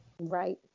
Right